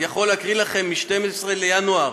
אני יכול להקריא לכם מ-12 בינואר: